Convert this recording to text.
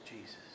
Jesus